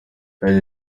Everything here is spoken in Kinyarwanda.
yagize